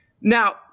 Now